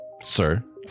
Sir